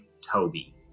Toby